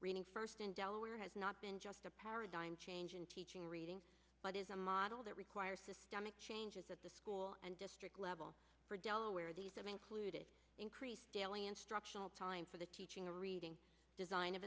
reading first in delaware has not been just a paradigm change in teaching reading but is a model that requires systemic changes at the school and district level for delaware these i'm included increase daily instructional time for the teaching reading design of